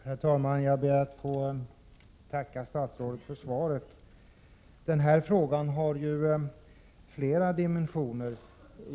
Herr talman! Jag ber att få tacka statsrådet för svaret. Den här frågan har ju flera dimensioner.